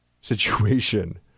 situation